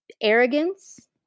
Arrogance